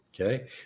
Okay